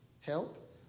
help